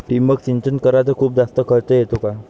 ठिबक सिंचन कराच खूप जास्त खर्च येतो का?